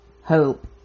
Hope